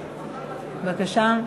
בבקשה.